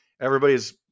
Everybody's